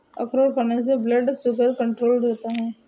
अखरोट खाने से ब्लड शुगर कण्ट्रोल रहता है